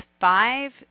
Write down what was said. five